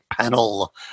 panel